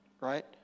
Right